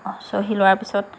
চহী লোৱাৰ পিছত